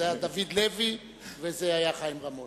זה היה דוד לוי וזה היה חיים רמון.